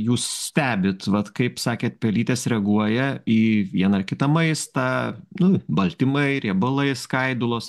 jūs stebit vat kaip sakėt pelytės reaguoja į vieną ar kitą maistą nu baltymai riebalai skaidulos